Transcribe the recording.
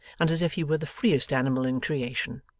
and as if he were the freest animal in creation.